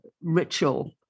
ritual